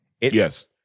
Yes